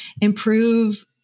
improve